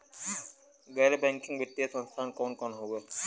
गैर बैकिंग वित्तीय संस्थान कौन कौन हउवे?